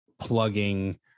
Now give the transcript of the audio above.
plugging